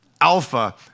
alpha